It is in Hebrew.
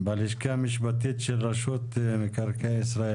בלשכה המשפטית של רשות מקרקעי ישראל.